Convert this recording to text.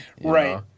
Right